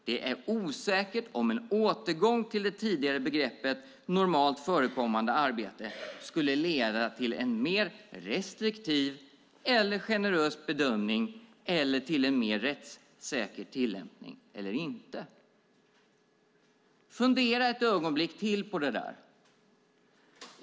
Det är osäkert om en återgång till det tidigare begreppet normalt förekommande arbete skulle leda till en mer restriktiv eller generös bedömning eller till en mer rättssäker tillämpning eller inte." Fundera ett ögonblick till på det.